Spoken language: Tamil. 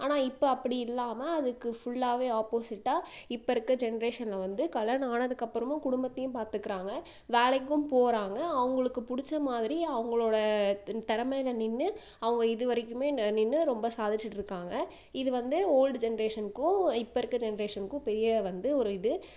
ஆனால் இப்போ அப்படி இல்லாமல் அதுக்கு ஃபுல்லாவே ஆப்போஸிட்டா இப்போ இருக்க ஜென்ரேஷனில் வந்து கல்யாணம் ஆனதுக்கு அப்புறமும் குடும்பத்தையும் பார்த்துக்குறாங்க வேலைக்கும் போகிறாங்க அவங்களுக்கு பிடிச்ச மாதிரி அவங்களோட தின் திறமையில நின்று அவங்க இதுவரைக்குமே நெ நின்று ரொம்ப சாதிச்சிட்டுருக்காங்க இதுவந்து ஓல்டு ஜென்ரேஷனக்கும் இப்போ இருக்க ஜென்ரேஷனக்கும் பெரிய வந்து ஒரு இது